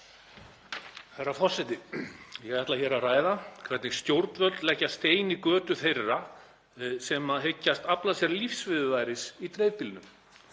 Herra forseti. Ég ætla hér að ræða hvernig stjórnvöld leggja stein í götu þeirra sem hyggjast afla sér lífsviðurværis í dreifbýlinu.